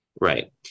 Right